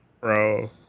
bro